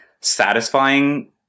satisfying